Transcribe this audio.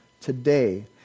today